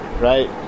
right